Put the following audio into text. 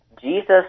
Jesus